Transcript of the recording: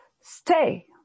stay